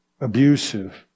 abusive